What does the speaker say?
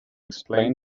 explain